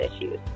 issues